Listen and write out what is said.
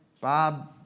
Bob